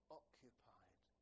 occupied